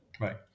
right